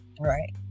right